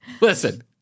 Listen